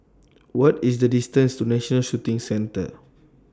What IS The distance to National Shooting Center